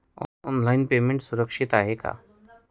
Online payment सुरक्षित आहे का?